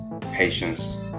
patience